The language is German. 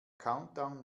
countdown